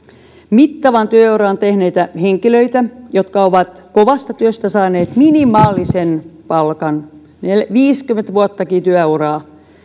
mittavan työuran tehneitä henkilöitä jotka ovat kovasta työstä saaneet minimaalisen palkan viidenkymmenen vuottakin työuraa